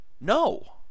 No